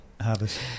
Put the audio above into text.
harvest